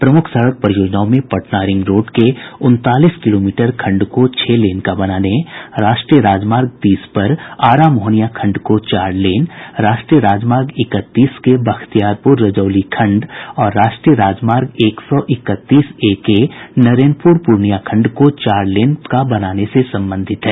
प्रमुख सड़क परियोजनाओं में पटना रिंग रोड के उनतालीस किलोमीटर खंड को छह लेन का बनाने राष्ट्रीय राजमार्ग तीस पर आरा मोहनिया खंड को चार लेन राष्ट्रीय राजमार्ग इकतीस के बख्तियारपुर रजौली खंड और राष्ट्रीय राजमार्ग एक सौ इकतीस ए के नरेनपुर पूर्णिया खंड को चार लेन का बनाने से संबंधित है